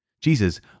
Jesus